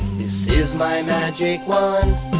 this is my magic wand.